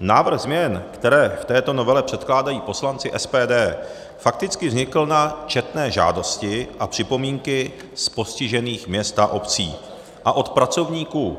Návrh změn, které v této novele předkládají poslanci SPD, fakticky vznikl na četné žádosti a připomínky z postižených měst a obcí a od pracovníků